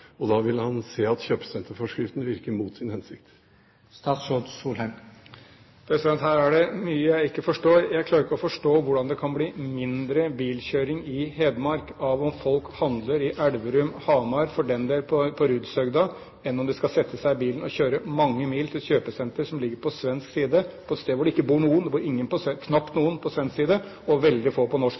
og da vil han se at kjøpesenterforskriften virker mot sin hensikt. Her er det mye jeg ikke forstår. Jeg klarer ikke å forstå hvordan det kan bli mindre bilkjøring i Hedmark av om folk handler i Elverum, Hamar eller for den del på Rudshøgda, enn om de skal sette seg i bilen og kjøre mange mil til et kjøpesenter som ligger på svensk side, på et sted der det knapt bor noen på svensk side, og veldig få på norsk